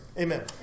Amen